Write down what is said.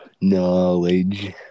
Knowledge